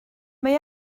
mae